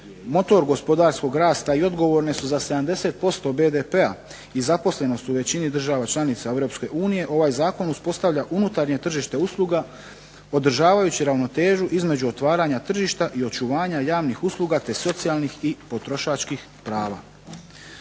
motor gospodarskog rasta i odgovorne su za 70% BDP-a i zaposlenost u većini država članica Europske unije ovaj Zakon uspostavlja unutarnje tržište usluga održavajući ravnotežu između otvaranja tržišta i očuvanja javnih usluga te socijalnih i potrošačkih prava.